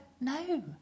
No